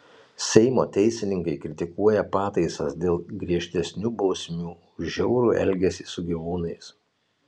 seimo teisininkai kritikuoja pataisas dėl griežtesnių bausmių už žiaurų elgesį su gyvūnais